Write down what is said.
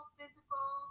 physical